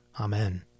Amen